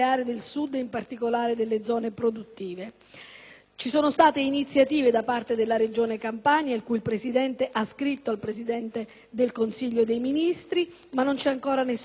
Ci sono state iniziative da parte della Regione Campania, il cui presidente ha scritto al Presidente del Consiglio dei ministri, ma non c'è ancora alcuna risposta a tale grave questione.